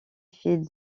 fait